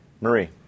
Marie